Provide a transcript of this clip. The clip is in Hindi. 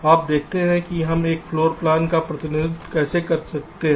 अब देखते हैं कि हम एक फ्लोर प्लान का प्रतिनिधित्व कैसे कर सकते हैं